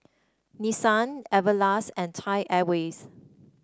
Nissan Everlast and Thai Airways